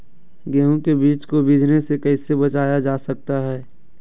गेंहू के बीज को बिझने से कैसे बचाया जा सकता है?